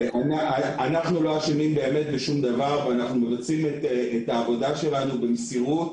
אנחנו לא אשמים בדבר, ומבצעים את עבודתנו במסירות